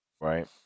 Right